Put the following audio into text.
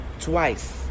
twice